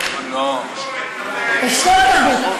זה אשכול תרבות.